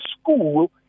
school